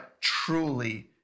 truly